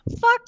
fuck